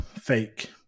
fake